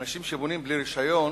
אנשים שבונים בלי רשיון